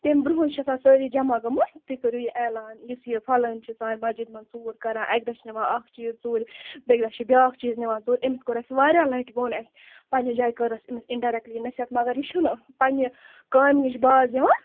تَمہِ برٛونٛہٕے چھِ آسان سٲری جمع گٲمٕتۍ تُہۍ کٔرِو یہِ علان یُس یہِ فِلٲنۍ چھُ سانہِ مَسجِد منٛزژوٗر کران اَکہِ دۄہ چھِ نِوان اکھ چیٖز ژوٗرِ بیٚیہِ دۄہ چھُ بیٛاکھ چیٖز نِوان ژوٗرِ أمِس کوٚر اَسہِ واریاہ لَٹہِ ووٚن اَسہِ پَنٕنہِ جایہِ کٔر اَسہِ أمِس اِنڈیریکٹلی نٔصیحت مَگر یہِ چھُنہٕ پَنٕنہِ کامہِ نِش باز یِوان